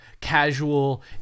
casual